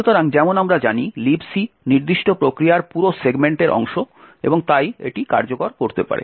সুতরাং যেমন আমরা জানি Libc নির্দিষ্ট প্রক্রিয়ার পুরো সেগমেন্টের অংশ এবং তাই এটি কার্যকর করতে পারে